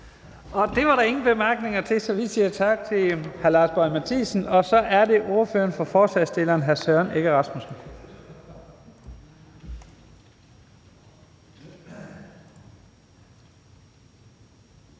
Det var der ingen korte bemærkninger til, så vi siger tak til hr. Lars Boje Mathiesen. Så er det ordføreren for forslagsstillerne, hr. Søren Egge Rasmussen.